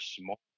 small